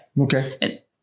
Okay